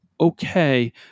Okay